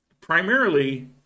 Primarily